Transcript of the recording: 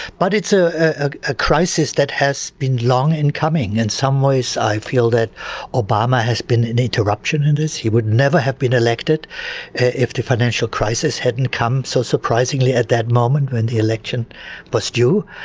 but it's a ah ah crisis that has been long in coming. in some ways i feel that obama has been an interruption in this. he would never have been elected if the financial crisis hadn't come so surprisingly at that moment, when the election was due.